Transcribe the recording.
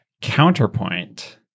Counterpoint